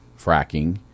fracking